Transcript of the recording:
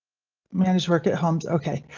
manage work at homes. ok,